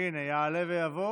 הינה, יעלה ויבוא